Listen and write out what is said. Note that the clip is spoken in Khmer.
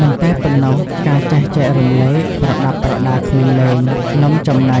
មិនតែប៉ុណ្ណោះ ការចេះចែករំលែក ប្រដាប់ប្រដាក្មេងលេង នំចំណី